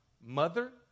mother